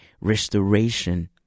restoration